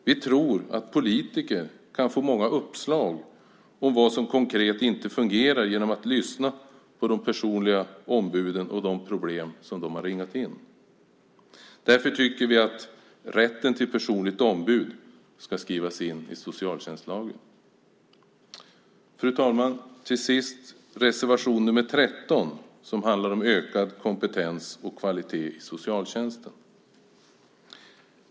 Vi tror att politiker kan få många uppslag om vad som konkret inte fungerar genom att lyssna på de personliga ombuden och de problem som de har ringat in. Därför tycker vi att rätten till personligt ombud ska skrivas in i socialtjänstlagen. Fru talman! Till sist är det reservation nr 13 som handlar om ökad kompetens och kvalitet i socialtjänsten.